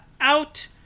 out